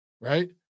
right